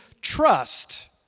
trust